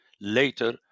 Later